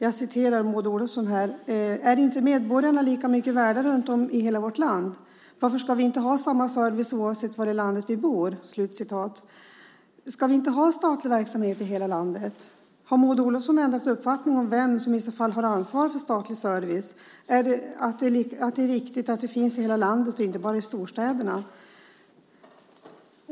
Då sade Maud Olofsson: "Är inte medborgarna lika mycket värda runt om i hela vårt land? Varför ska vi inte ha samma service, oavsett var i landet vi bor?" Ska vi inte ha statlig verksamhet i hela landet? Har Maud Olofsson ändrat uppfattning om vem som i så fall har ansvar för statlig service och att det är viktigt att den finns i hela landet och inte bara i storstäderna?